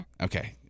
Okay